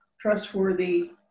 trustworthy